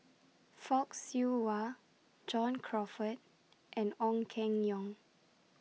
Fock Siew Wah John Crawfurd and Ong Keng Yong